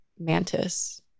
Mantis